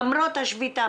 למרות השביתה,